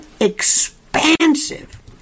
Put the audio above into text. expansive